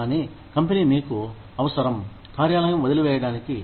కానీ కంపెనీ మీకు అవసరం కార్యాలయం వదిలివేయడానికి